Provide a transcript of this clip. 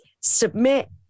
submit